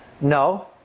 No